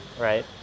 right